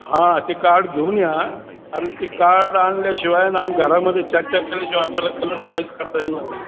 हां ते कार्ड घेऊन या कारण ते कार्ड आणल्याशिवाय आणि आम्ही घरामध्ये चर्चा केल्याशिवाय आपल्याला कलर चॉईस करता येणार नाही